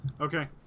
okay